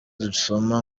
dusoma